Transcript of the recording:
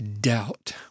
doubt